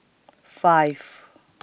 five